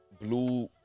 Blue